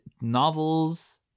novels